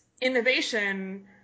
innovation